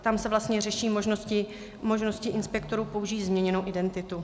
Tam se vlastně řeší možnosti inspektorů použít změněnou identitu.